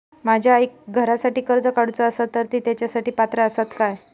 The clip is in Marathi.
माझ्या आईक घरासाठी कर्ज काढूचा असा तर ती तेच्यासाठी पात्र असात काय?